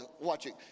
watching